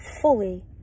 fully